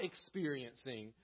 experiencing